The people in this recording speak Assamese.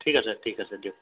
ঠিক আছে ঠিক আছে দিয়ক